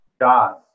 God